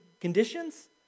conditions